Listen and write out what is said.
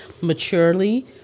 maturely